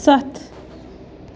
سَتھ